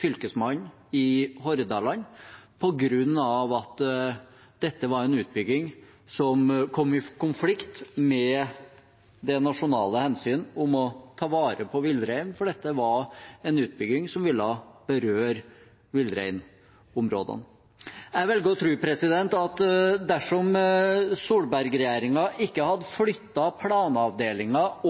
fylkesmannen i Hordaland på grunn av at utbyggingen kom i konflikt med det nasjonale hensynet om å ta vare på villreinen, for dette var en utbygging som ville berøre villreinområdene. Jeg velger å tro at dersom Solberg-regjeringen ikke hadde flyttet planavdelingen